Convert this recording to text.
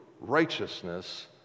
righteousness